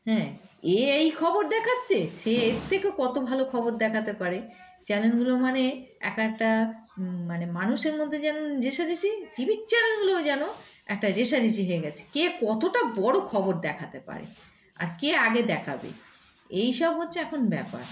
হ্যাঁ এ এই খবর দেখাচ্ছে সে এর থেকেও কত ভালো খবর দেখাতে পারে চ্যানেলগুলো মানে এক একটা মানে মানুষের মধ্যে যেন রেসা রেশি টিভির চ্যানেলগুলো যেন একটা রেসারেসি হয়ে গেছে কে কতটা বড়ো খবর দেখাতে পারে আর কে আগে দেখাবে এই সব হচ্ছে এখন ব্যাপার